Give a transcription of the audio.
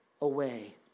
away